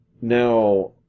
Now